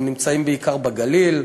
הם נמצאים בעיקר בגליל,